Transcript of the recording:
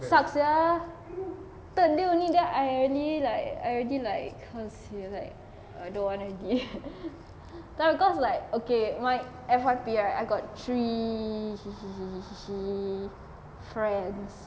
sucks sia third day only then I already like I already like how to say like don't want already cause like okay my F_Y_P right I got three friends